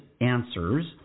answers